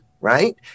Right